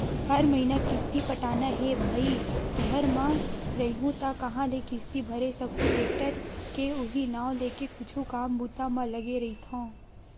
हर महिना किस्ती पटाना हे भई घर म रइहूँ त काँहा ले किस्ती भरे सकहूं टेक्टर के उहीं नांव लेके कुछु काम बूता म लगे रहिथव